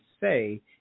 say